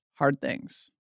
hardthings